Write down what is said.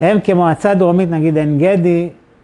הם כמועצה דרומית, נגיד עין גדי.